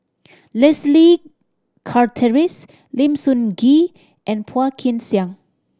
Leslie Charteris Lim Sun Gee and Phua Kin Siang